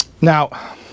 Now